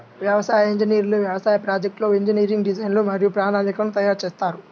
వ్యవసాయ ఇంజనీర్లు వ్యవసాయ ప్రాజెక్ట్లో ఇంజనీరింగ్ డిజైన్లు మరియు ప్రణాళికలను తయారు చేస్తారు